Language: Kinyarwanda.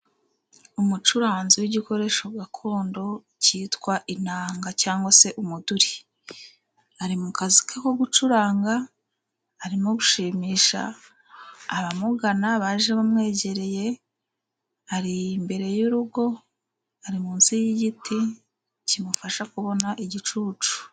Umucuranzi w'igikoresho gakondo cyitwa inanga cyangwa se umuduri, ari mu kazi ke ko gucuranga, arimo gushimisha abamugana, baje bamwegereye, ari imbere y'urugo, ari munsi y'igiti kimufasha kubona igicucu.